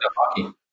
hockey